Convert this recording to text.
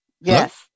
Yes